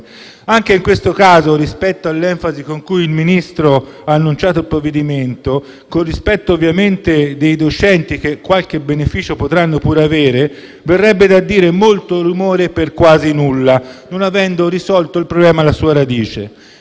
Anche in questo caso, rispetto all'enfasi con cui il Ministro ha annunciato il provvedimento, con rispetto ovviamente dei docenti che qualche beneficio potranno pure avere, verrebbe da dire che c'è stato molto rumore per quasi nulla, non avendo risolto il problema alla sua radice.